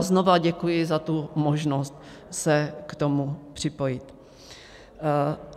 Znova děkuji za možnost se k tomu připojit.